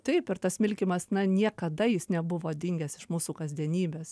taip ir tas smilkymas na niekada jis nebuvo dingęs iš mūsų kasdienybės